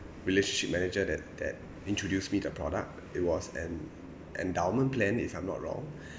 relationship manager that that introduced me the product it was an endowment plan if I'm not wrong